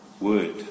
word